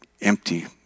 empty